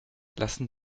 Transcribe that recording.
lassen